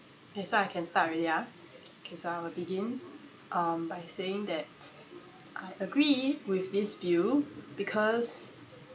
okay so I can start already ah okay so I will begin um by saying that I agree with this view because